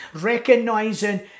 recognizing